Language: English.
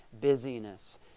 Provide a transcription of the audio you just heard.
busyness